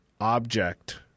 object